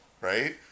right